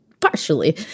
Partially